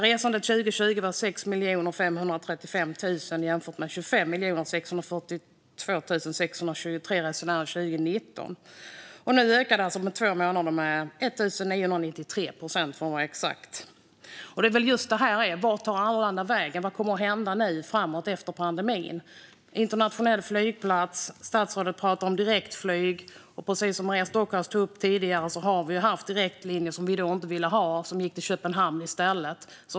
Resandet 2020 var 6 535 000 jämfört med 25 642 623 resenärer 2019. Nu ökar det under två månader med 1 993 procent, för att vara exakt. Det är just vad det handlar om. Vart tar Arlanda vägen? Vad kommer att hända nu framåt efter pandemin? Det är en internationell flygplats. Statsrådet talar om direktflyg. Precis som Maria Stockhaus tog upp tidigare har vi haft direktlinjer som vi inte ville ha som gick till Köpenhamn i stället.